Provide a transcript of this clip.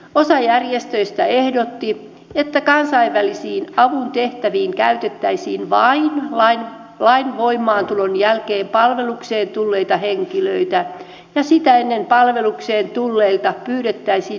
osa järjestöistä ehdotti että kansainvälisen avun tehtäviin käytettäisiin vain lain voimaantulon jälkeen palvelukseen tulleita henkilöitä ja sitä ennen palvelukseen tulleilta pyydettäisiin nimenomainen suostumus niihin